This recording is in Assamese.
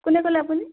কোনে ক'লে আপুনি